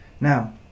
Now